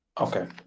Okay